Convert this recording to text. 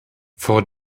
vor